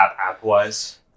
app-wise